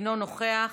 אינו נוכח,